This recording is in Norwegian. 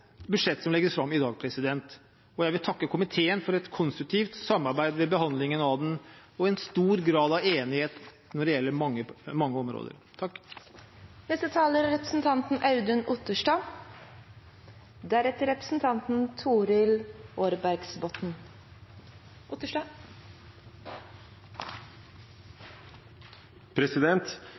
budsjett som legges fram i dag, og jeg vil takke komiteen for et konstruktivt samarbeid ved behandlingen av det og en stor grad av enighet når det gjelder mange områder.